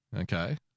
Okay